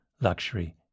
Luxury